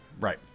right